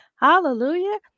Hallelujah